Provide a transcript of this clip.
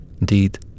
Indeed